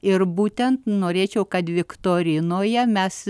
ir būtent norėčiau kad viktorinoje mes